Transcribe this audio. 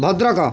Bhadrak